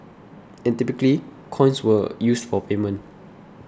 and typically coins were used for payment